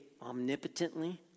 omnipotently